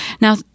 Now